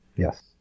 Yes